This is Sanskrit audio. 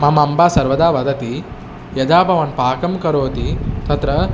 मम अम्बा सर्वदा वदति यदा भवान् पाकं करोति तत्र